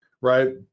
right